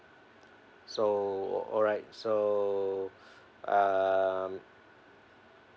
so alright so uh